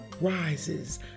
rises